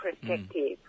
perspective